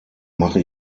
mache